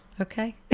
okay